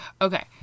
Okay